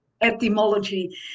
Etymology